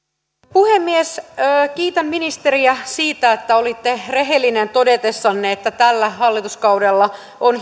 puhemies kiitän ministeriä siitä että olitte rehellinen todetessanne että tällä hallituskaudella on